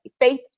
faith